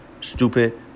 Stupid